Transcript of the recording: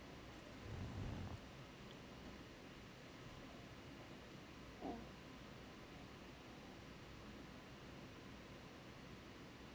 mm